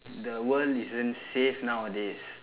the world isn't safe nowadays